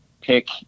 pick